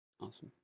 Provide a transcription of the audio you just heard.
Awesome